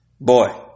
Boy